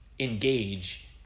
engage